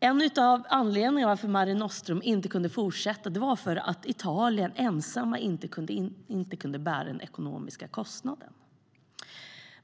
En av anledningarna till att Mare Nostrum inte kunde fortsätta är att Italien inte ensamt kunde bära de ekonomiska kostnaderna.